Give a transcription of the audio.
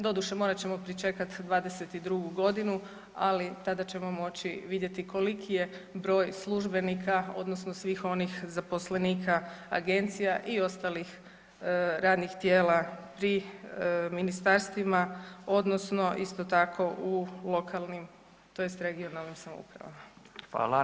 Doduše morat ćemo pričekati '22. godinu ali tada ćemo moći vidjeti koliki je broj službenika odnosno svih onih zaposlenika agencija i ostalih radnih tijela pri ministarstvima odnosno isto tako u lokalnim tj. regionalnim samoupravama.